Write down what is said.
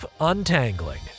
untangling